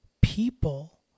people